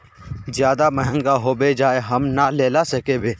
ज्यादा महंगा होबे जाए हम ना लेला सकेबे?